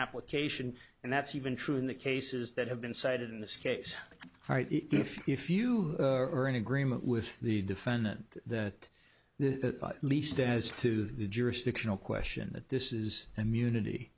application and that's even true in the cases that have been cited in this case if you are in agreement with the defendant that the least as to the jurisdictional question that this is immunity